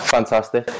fantastic